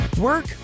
Work